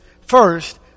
First